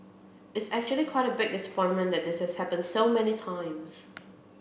it's actually quite a big disappointment that this has happened so many times